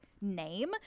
name